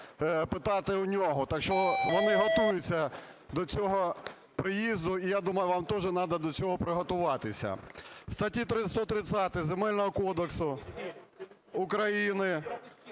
питати в нього. Так що вони готуються до цього приїзду, і я думаю, вам теж треба до цього приготуватися. В статті 130 Земельного кодексу України